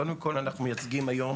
קודם כל, אנחנו מייצגים היום